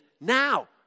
now